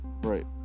Right